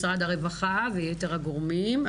משרד הרווחה ויתר הגורמים,